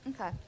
Okay